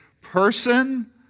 person